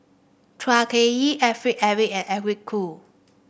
Chua Ek Kay Alfred Eric and Eric Khoo